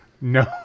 No